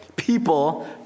people